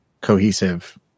cohesive